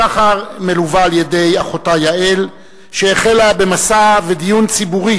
שחר מלווה על-ידי אחותה יעל שהחלה במסע ודיון ציבורי